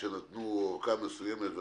כשנתנו אורכה מסוימת,